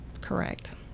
Correct